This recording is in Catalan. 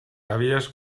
àvies